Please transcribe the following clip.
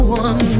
one